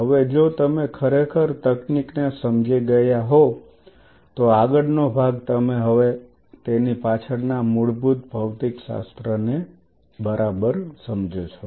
હવે જો તમે ખરેખર તકનીકને સમજી ગયા હોવ તો આગળનો ભાગ તમે હવે તેની પાછળના મૂળભૂત ભૌતિકશાસ્ત્રને બરાબર સમજો છો